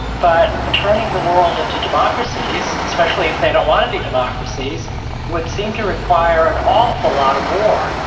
but turning the world into democracies, especially if they don't want to be democracies would seem to require an awful lot of war,